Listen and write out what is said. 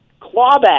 clawback